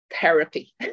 therapy